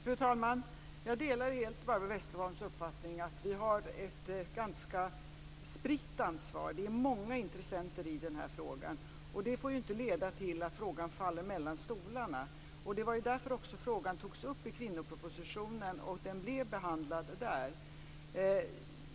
Fru talman! Jag delar helt Barbro Westerholms uppfattning att vi har ett ganska spritt ansvar. Det är många intressenter i denna fråga, och det får inte leda till att frågan faller mellan stolarna. Det var också därför som frågan togs upp i kvinnopropositionen och blev behandlad där.